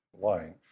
line